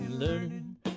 Learning